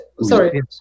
Sorry